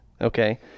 okay